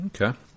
okay